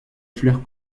fleurs